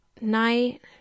night